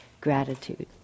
gratitude